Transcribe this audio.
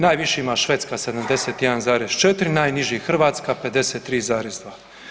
Najviši ima Švedska 71,4, najniži Hrvatska 53,2.